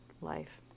life